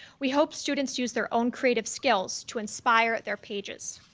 we hope students use their own creative skills to inspire at their pages.